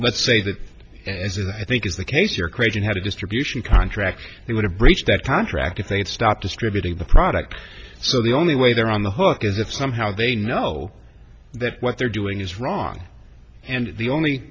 let's say that as i think is the case your creation had a distribution contract they would have breached that contract if they'd stop distributing the product so the only way they're on the hook is if somehow they know that what they're doing is wrong and the only